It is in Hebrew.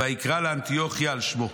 ויקרא לה אנטיוכיה על שמו.